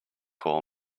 call